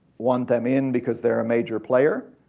want them in because theyre a major player.